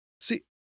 see